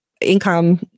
income